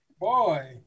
Boy